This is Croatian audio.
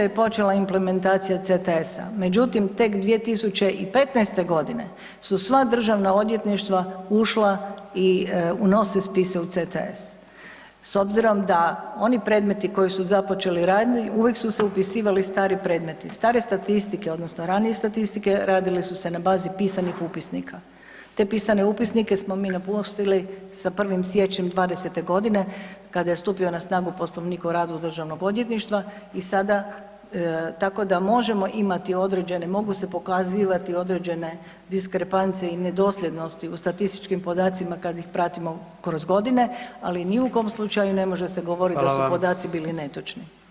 2013. je počela implementacija CTS-a, međutim tek 2015.g. su sva državna odvjetništva ušla i unose spise u CTS s obzirom da oni predmeti koji su započeli ranije uvijek su se upisivali stari predmeti, stare statistike odnosno ranije statistike radile su se na bazi pisanih upisnika, te pisane upisnike smo mi napustili sa 1. siječnjem '20.g. kada je stupio na snagu Poslovnik o radu državnog odvjetništva i sada, tako da možemo imati određene, mogu se pokazivati određene diskrepancije i nedosljednosti u statističkim podacima kad ih pratimo kroz godine, ali ni u kom slučaju ne može se govoriti da su podaci bili netočni.